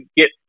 get